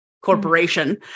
corporation